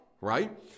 right